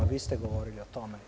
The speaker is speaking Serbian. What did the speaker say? Vi ste govorili o tome.